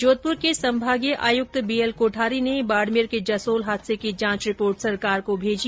जोधपुर के संभागीय आयुक्त बी एल केठारी ने बाडमेर के जसोल हादसे की जांच रिपोर्ट सरकार को भेजी